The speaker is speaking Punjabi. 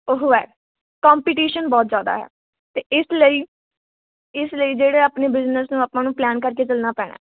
ਉਹ ਹੈ ਕੋਂਪੀਟੀਸ਼ਨ ਜ਼ਿਆਦਾ ਆ ਅਤੇ ਇਸ ਲਈ ਇਸ ਲਈ ਜਿਹੜੇ ਆਪਣੇ ਬਿਜਨਸ ਨੂੰ ਆਪਾਂ ਨੂੰ ਪਲਾਨ ਕਰਕੇ ਚੱਲਣਾ ਪੈਣਾ